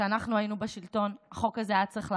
כשאנחנו היינו בשלטון, החוק הזה היה צריך לעבור.